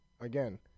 again